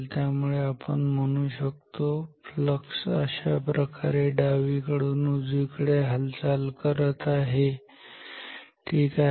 त्यामुळे आपण म्हणू शकतो फ्लक्स अशाप्रकारे डावीकडून उजवीकडे हालचाल करत आहे ठीक आहे